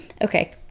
Okay